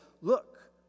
Look